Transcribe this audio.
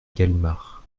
galimard